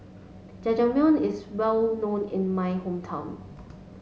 Jajangmyeon is well known in my hometown